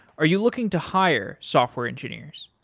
are you looking to hire software engineers?